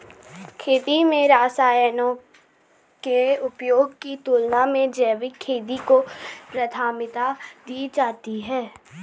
खेती में रसायनों के उपयोग की तुलना में जैविक खेती को प्राथमिकता दी जाती है